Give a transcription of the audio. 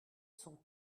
sont